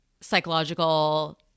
psychological